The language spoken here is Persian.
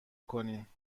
کنیم